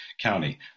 County